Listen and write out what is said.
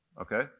Okay